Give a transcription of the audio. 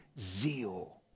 zeal